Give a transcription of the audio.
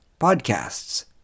podcasts